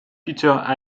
peter